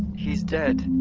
he's dead.